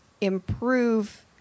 improve